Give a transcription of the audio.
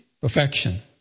perfection